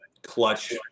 Clutch